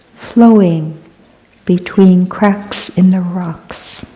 flowing between cracks in the rocks,